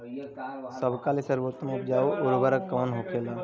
सबका ले सर्वोत्तम उपजाऊ उर्वरक कवन होखेला?